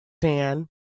Dan